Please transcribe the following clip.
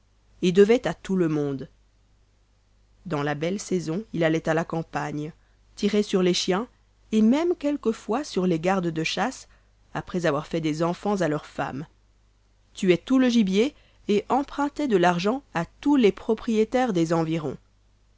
et devait à tout le monde dans la belle saison il allait à la campagne tirait sur les chiens et même quelquefois sur les gardes de chasse après avoir fait des enfans à leurs femmes tuait tout le gibier et empruntait de l'argent à tous les propriétaires des environs